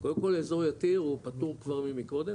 קודם כל אזור יתיר הוא פתור כבר ממקודם,